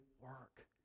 work